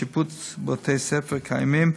שיפוץ בתי-ספר קיימים,